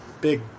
big